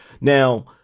Now